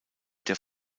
der